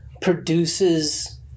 produces